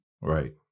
Right